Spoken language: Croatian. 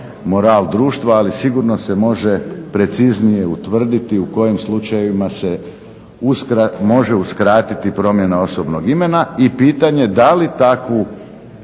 moral društva ali sigurno se može preciznije utvrditi u kojim slučajevima se može uskratiti promjena osobnog imena i pitanje da li takvu